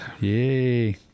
yay